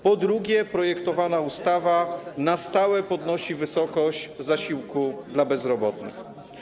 Po drugie, projektowana ustawa na stałe podnosi wysokość zasiłku dla bezrobotnych.